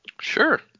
Sure